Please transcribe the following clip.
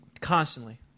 constantly